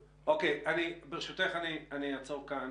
ברשותך, אני אעצור כאן.